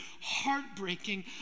heartbreaking